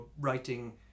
writing